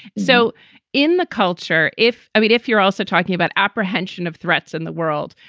so in the culture, if i mean, if you're also talking about apprehension of threats in the world,